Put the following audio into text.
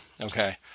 Okay